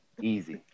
Easy